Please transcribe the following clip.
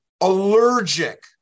allergic